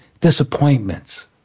disappointments